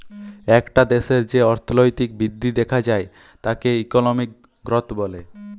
একটা দ্যাশের যে অর্থলৈতিক বৃদ্ধি দ্যাখা যায় তাকে ইকলমিক গ্রথ ব্যলে